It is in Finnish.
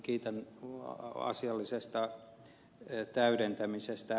palmia kiitän asiallisesta täydentämisestä